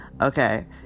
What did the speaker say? Okay